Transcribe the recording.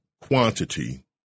quantity